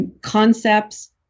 concepts